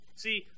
See